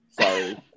Sorry